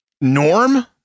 norm